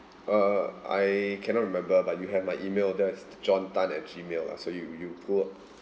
uh I cannot remember but you have my email address john Tan at gmail lah so you you go